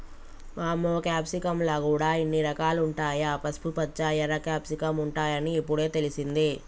వామ్మో క్యాప్సికమ్ ల గూడా ఇన్ని రకాలుంటాయా, పసుపుపచ్చ, ఎర్ర క్యాప్సికమ్ ఉంటాయని ఇప్పుడే తెలిసింది